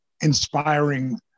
inspiring